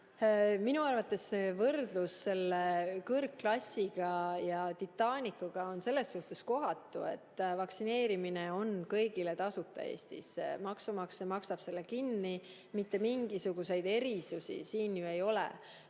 Minu arvates see võrdlus kõrgklassi ja Titanicuga on selles suhtes kohatu, et vaktsineerimine on Eestis kõigile tasuta, maksumaksja maksab selle kinni. Mitte mingisuguseid erisusi siin ju ei ole